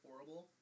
Horrible